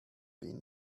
been